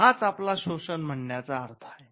हाच आपला शोषण म्हणण्याचा अर्थ आहे